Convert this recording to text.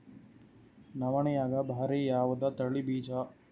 ನವಣಿಯಾಗ ಭಾರಿ ಯಾವದ ತಳಿ ಬೀಜ?